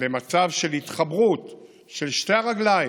למצב של התחברות של שתי הרגליים: